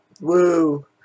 Woo